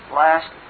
last